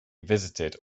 visited